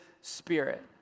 spirit